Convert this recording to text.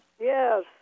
Yes